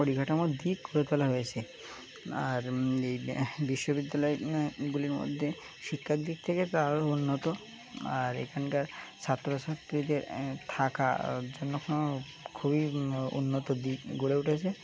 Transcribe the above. পরিকাঠামোর দিক করে তোলা হয়েছে আর এই বিশ্ববিদ্যালয়গুলির মধ্যে শিক্ষার দিক থেকে তারও উন্নত আর এখানকার ছাত্র ছাত্রীদের থাকার জন্য কোনো খুবই উন্নত দিক গড়ে উঠেছে